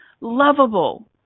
lovable